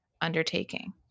undertaking